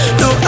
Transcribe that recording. no